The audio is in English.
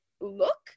look